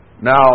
Now